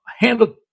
handled